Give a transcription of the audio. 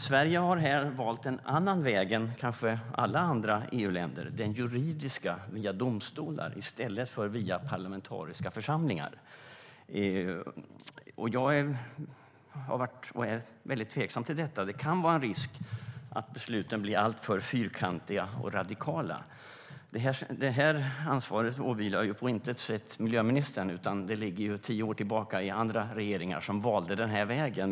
Sverige har här valt ett annat sätt än kanske alla andra EU-länder, nämligen det juridiska, via domstolar i stället för via parlamentariska församlingar. Jag har varit och är tveksam till detta. Det kan vara en risk att besluten blir alltför fyrkantiga och radikala. Ansvaret för det här åvilar på intet sätt miljöministern, utan det ligger tio år tillbaka i tiden och hos andra regeringar som valde den här vägen.